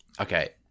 Okay